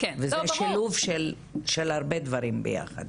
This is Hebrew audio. וזה שילוב של הרבה דברים ביחד.